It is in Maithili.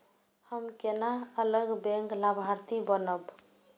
हम केना अलग बैंक लाभार्थी बनब?